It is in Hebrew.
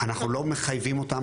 אנחנו לא מחייבים אותם,